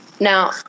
Now